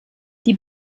die